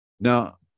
Now